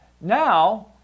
Now